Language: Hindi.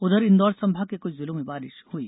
उधर इंदौर संभाग के कुछ जिलों में बारिश हुई